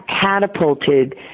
catapulted